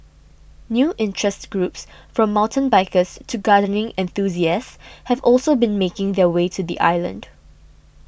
new interest groups from mountain bikers to gardening enthusiasts have also been making their way to the island